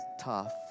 tough